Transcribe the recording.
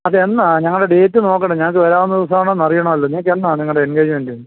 അത് എന്നാ ഞങ്ങളുടെ ഡേറ്റ് നോക്കട്ടെ ഞങ്ങൾക്ക് വരാവുന്ന ദിവസം ആണോയെന്ന് അറിയണമല്ലൊ നിങ്ങൾക്ക് എന്നാണ് നിങ്ങളുടെ എൻഗേജ്മെൻറ്റ്